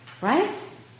Right